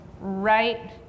right